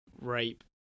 Rape